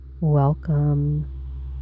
welcome